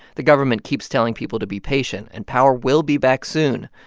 the government keeps telling people to be patient, and power will be back soon.